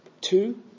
Two